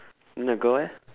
then the girl eh